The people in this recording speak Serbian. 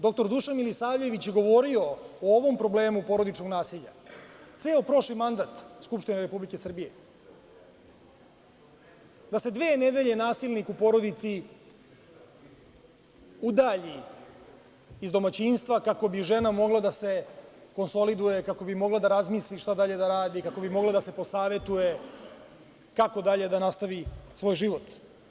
Doktor Dušan Milisavljević je govorio o ovom problemu porodičnog nasilja ceo prošli mandat Skupštine Republike Srbije, da se dve nedelje nasilnik u porodici udalji iz domaćinstva kako bi žena mogla da se konsoliduje, kako bi mogla da razmisli šta danje da radi, kako bi mogla da se posavetuje kako dalje da nastavi svoj život.